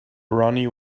ronnie